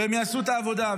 והם יעשו את העבודה.